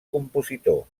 compositor